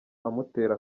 amutera